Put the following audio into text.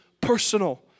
personal